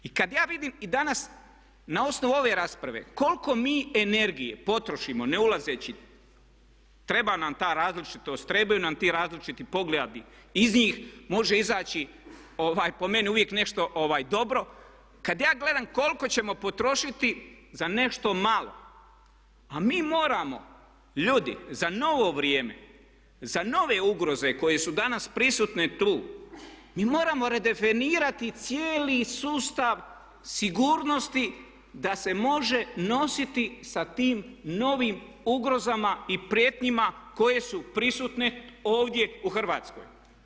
I kad ja vidim i danas na osnovu ove rasprave koliko mi energije potrošimo, ne ulazeći, treba nam ta različitost, trebaju nam ti različiti pogledi jer iz njih može izaći po meni uvijek nešto dobro, kad ja gledam koliko ćemo potrošiti za nešto malo, a mi moramo ljudi za novo vrijeme, za nove ugroze koje su danas prisutne tu mi moramo redefinirati cijeli sustav sigurnosti da se može nositi sa tim novim ugrozama i prijetnjama koje su prisutne ovdje u Hrvatskoj.